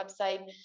website